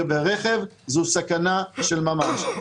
וברכב זו סכנה של ממש.